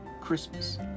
Christmas